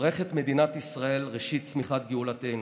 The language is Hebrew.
ברך את מדינת ישראל, ראשית צמיחת גאולתנו.